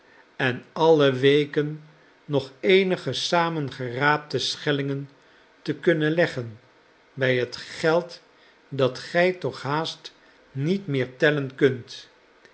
en alle weken nog eenige samengeschraapte schellingen te kunnen leggen bij het geld dat gij toch haast niet meer tellen kunt